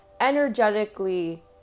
energetically